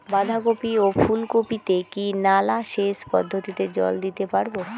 বাধা কপি ও ফুল কপি তে কি নালা সেচ পদ্ধতিতে জল দিতে পারবো?